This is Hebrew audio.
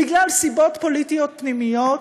בגלל סיבות פוליטיות פנימיות,